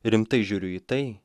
rimtai žiūriu į tai